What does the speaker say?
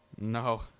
No